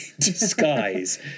disguise